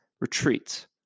retreats